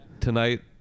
tonight